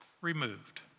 removed